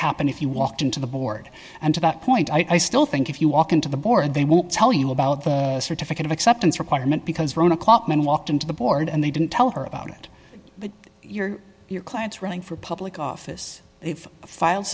happen if you walked into the board and to that point i still think if you walk into the board they won't tell you about the certificate of acceptance requirement because we're on a clock men walked into the board and they didn't tell her about it you're your client running for public office they've filed